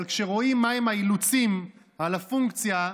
אבל כשרואים מהם האילוצים על הפונקציה,